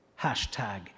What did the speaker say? hashtag